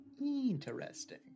Interesting